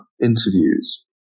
interviews